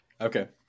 okay